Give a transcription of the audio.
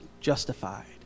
justified